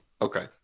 Okay